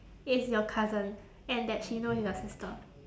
is your cousin and that she know your sister